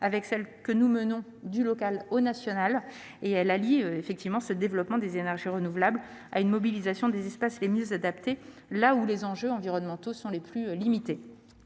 avec celle que nous menons, du local au national. Elle allie développement des énergies renouvelables et mobilisation des espaces les mieux adaptés, là où les enjeux environnementaux sont les plus limités.